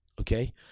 okay